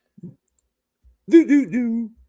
Do-do-do